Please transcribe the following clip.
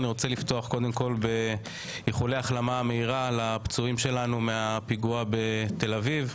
אני רוצה לפתוח באיחולי החלמה מהירה לפצועים מהפיגוע בתל אביב,